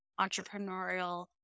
entrepreneurial